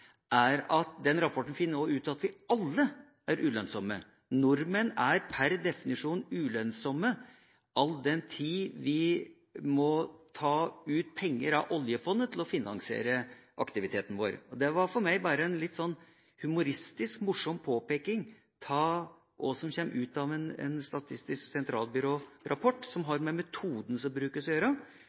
er at den rapporten finner også ut at vi alle er ulønnsomme. Nordmenn er per definisjon ulønnsomme, all den tid vi må ta ut penger av oljefondet til å finansiere aktiviteten vår. Det var for meg bare en litt humoristisk, morsom påpekning av hva som kommer ut av en Statistisk sentralbyrå-rapport, og som har med metoden som brukes, å gjøre